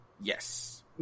Yes